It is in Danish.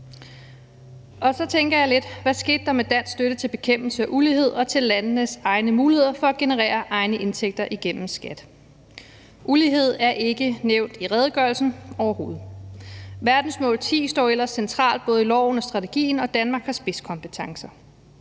Så tænker jeg lidt: Hvad skete der med dansk støtte til bekæmpelse af ulighed og til landenes egne muligheder for at generere egne indtægter igennem skat? Ulighed er ikke nævnt i redegørelsen, overhovedet. Verdensmål 10 står ellers centralt både i loven og strategien, og Danmark har spidskompetencer.